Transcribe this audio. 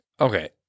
Okay